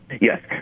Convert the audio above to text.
Yes